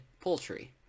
poultry